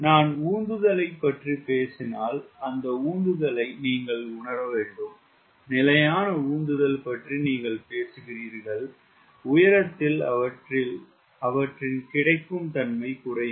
நான் உந்துதலைப் பற்றி பேசினால் அந்த உந்துதலை நீங்கள் உணர வேண்டும் நிலையான உந்துதல் பற்றி நீங்கள் பேசுகிறீர்கள் உயரத்தில் அவற்றின் கிடைக்கும் தன்மை குறையும்